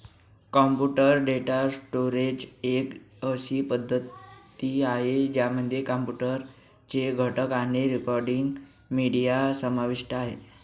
computer data storage एक अशी पद्धती आहे, ज्यामध्ये कॉम्प्युटर चे घटक आणि रेकॉर्डिंग, मीडिया समाविष्ट आहे